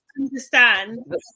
understand